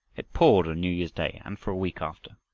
it poured on newyear's day and for a week after.